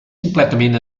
completament